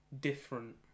Different